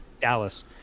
Dallas